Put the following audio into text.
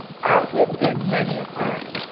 as he had been many a time,